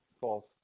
false